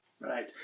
Right